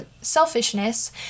selfishness